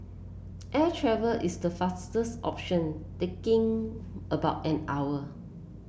air travel is the fastest option taking about an hour